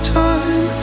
time